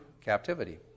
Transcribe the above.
captivity